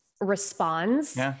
responds